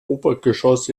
obergeschoss